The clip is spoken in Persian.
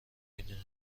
میدونی